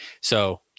So-